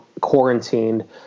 quarantined